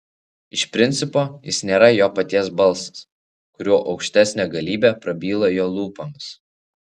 iš principo jis nėra jo paties balsas kuriuo aukštesnė galybė prabyla jo lūpomis